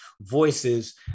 voices